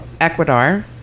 Ecuador